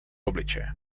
obličeje